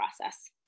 process